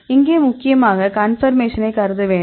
இங்கே முக்கியமாக கன்பர்மேஷன்னை கருத வேண்டும்